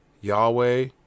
Yahweh